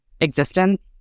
existence